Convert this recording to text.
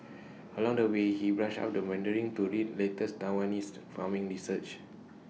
along the way he brushed up the Mandarin to read latest Taiwanese farming research